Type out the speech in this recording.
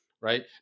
right